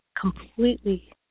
completely